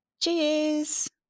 Cheers